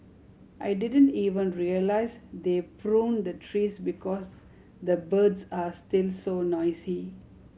I didn't even realise they pruned the trees because the birds are still so noisy